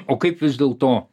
o kaip vis dėlto